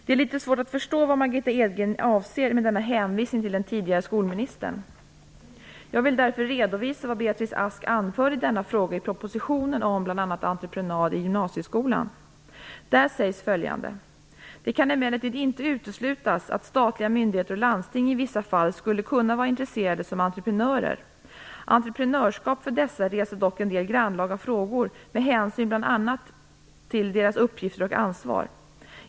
Det är litet svårt att förstå vad Margitta Edgren avser med denna hänvisning till den tidigare skolministern. Jag vill därför redovisa vad Beatrice Ask anförde i denna fråga i propositionen om bl.a. entreprenad i gymnasieskolan. Där sägs bl.a. följande: "Det kan emellertid inte uteslutas att statliga myndigheter och landsting i vissa fall skulle kunna vara intressanta som entreprenörer. Entreprenörskap för dessa reser dock en del grannlaga frågor med hänsyn bl.a. till deras uppgifter och ansvar.